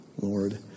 Lord